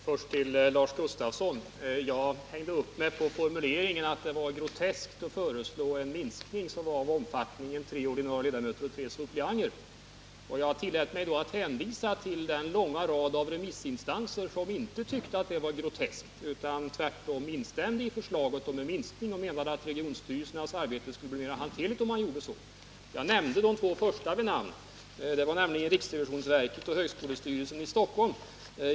Herr talman! Först till Lars Gustafsson. Jag hängde upp mig på formuleringen att det var groteskt att föreslå en minskning av omfattningen, tre ordinarie ledamöter och tre suppleanter. Jag tillät mig hänvisa till den långa rad av remissinstanser som inte tyckte att det var groteskt, utan som tvärtom instämde i förslaget om en minskning och ansåg att regionstyrelsernas arbete därigenom skulle bli mer hanterligt. Jag nämnde också de två första vid namn — riksrevisionsverket och högskolestyrelsen i Stockholm.